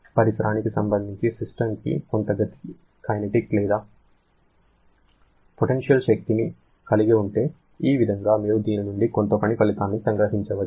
పరిసరానికి సంబంధించి సిస్టమ్ కొంత కైనెటిక్ లేదా పొటెన్షియల్ శక్తిని కలిగి ఉంటే ఈ విధంగా మీరు దీని నుండి కొంత పని ఫలితాన్ని సంగ్రహించవచ్చు